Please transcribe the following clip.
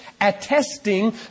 attesting